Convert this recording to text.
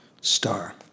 star